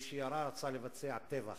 מי שירה רצה לבצע טבח